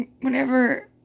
Whenever